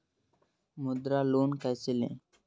मुद्रा लोन कैसे ले?